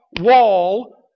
wall